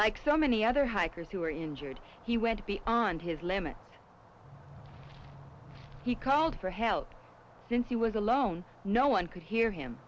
like so many other hikers who were injured he went beyond his limit he called for help since he was alone no one could hear him